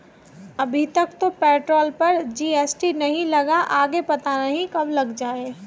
अभी तक तो पेट्रोल पर जी.एस.टी नहीं लगा, आगे पता नहीं कब लग जाएं